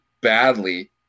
badly